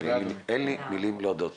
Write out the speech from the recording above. אין לי מילים להודות.